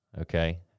okay